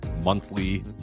monthly